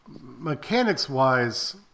mechanics-wise